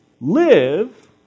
live